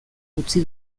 utzi